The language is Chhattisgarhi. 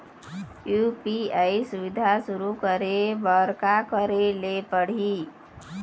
यू.पी.आई सुविधा शुरू करे बर का करे ले पड़ही?